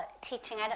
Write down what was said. teaching